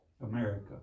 America